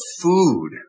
food